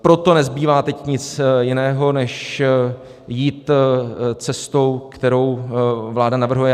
Proto nezbývá teď nic jiného, než jít cestou, kterou vláda navrhuje.